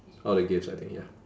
all the gifts I think ya